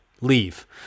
leave